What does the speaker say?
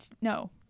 no